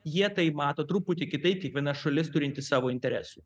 jie tai mato truputį kitaip kiekviena šalis turinti savo interesų